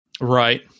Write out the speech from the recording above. Right